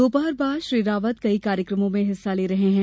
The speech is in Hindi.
दोपहर बाद भी श्री रावत कई कार्यक्रमों में हिस्सा लेंगे